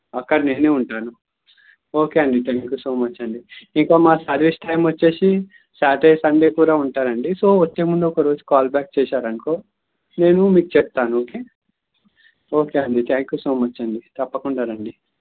అక్కడ నేనే ఉంటాను ఓకే అండి థ్యాంక్ యూ సో మచ్ అండి ఇక మా సర్వీస్ టైం వచ్చేసి సాటర్డే సండే కూడా ఉంటాదండి సో వచ్చేముందు ఒకరోజు కాల్ బ్యాక్ చేశారనుకో నేను మీకు చెప్తాను ఓకే ఓకే అండి థ్యాంక్ యూ సో మచ్ అండి తప్పకుండా రండి